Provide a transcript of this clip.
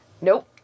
Nope